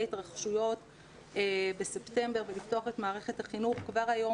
התרחשויות בספטמבר ולפתוח את מערכת החינוך כבר היום